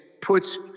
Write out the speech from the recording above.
puts